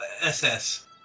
SS